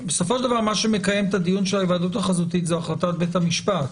מה שמקיים את הדיון של ההיוועדות החזותית זאת החלטת בית המשפט.